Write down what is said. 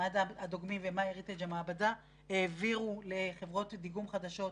מד"א הדוגמים ו-MyHeritage המעבדה העבירו לחברות דיגום חדשות,